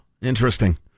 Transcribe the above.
Interesting